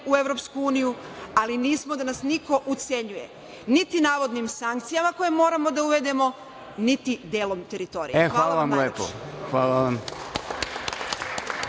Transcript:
Srbije u EU, ali nismo da nas niko ucenjuje, niti navodnim sankcijama koje moramo da uvedemo, niti delom teritorije. Hvala vam najlepše.